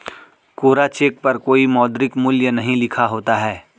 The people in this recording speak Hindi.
कोरा चेक पर कोई मौद्रिक मूल्य नहीं लिखा होता है